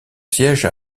siège